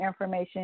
information